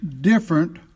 different